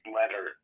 letter